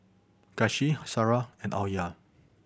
Kasih Sarah and Alya